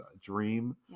dream